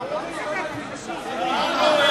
אדוני היושב-ראש.